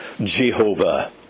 Jehovah